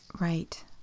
Right